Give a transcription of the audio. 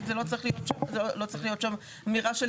כמו שזה לא צריכה להיות שם אמירה של